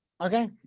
okay